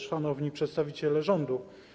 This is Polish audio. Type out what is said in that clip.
Szanowni Przedstawiciele Rządu!